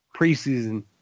preseason